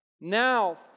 Now